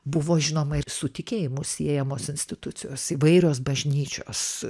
buvo žinoma ir su tikėjimu siejamos institucijos įvairios bažnyčios